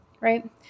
right